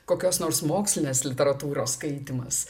kokios nors mokslinės literatūros skaitymas